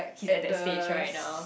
he at that stage right now